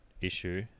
issue